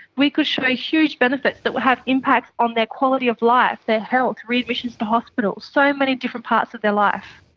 we could show huge benefits that will have impacts on their quality of life, their health, readmissions to hospital, so many different parts of their life.